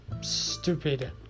stupid